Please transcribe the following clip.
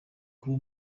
kuba